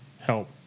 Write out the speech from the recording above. help